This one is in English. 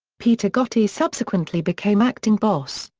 peter gotti subsequently became acting boss,